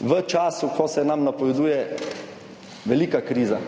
v času, ko se nam napoveduje velika kriza.